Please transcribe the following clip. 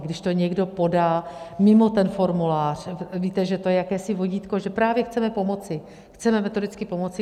Když to někdo podá mimo ten formulář víte, že to je jakési vodítko, že právě chceme pomoci, chceme metodicky pomoci.